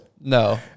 No